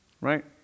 right